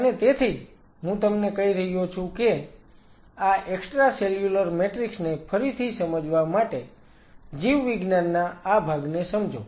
અને તેથી જ હું તમને કહી રહ્યો છું કે આ એક્સ્ટ્રાસેલ્યુલર મેટ્રિક્સ ને ફરીથી સમજવા માટે જીવવિજ્ઞાનના આ ભાગને સમજો